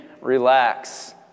relax